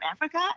Africa